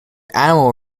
animal